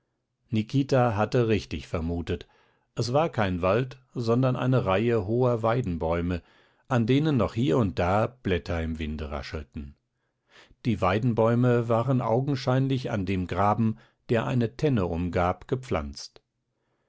nikita hatte richtig vermutet es war kein wald sondern eine reihe hoher weidenbäume an denen noch hier und da blätter im winde raschelten die weidenbäume waren augenscheinlich an dem graben der eine tenne umgab gepflanzt